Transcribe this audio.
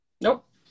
Nope